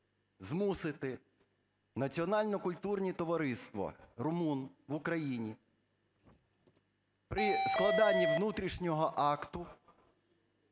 змусити національно-культурні товариства румун в Україні при складанні внутрішнього акту,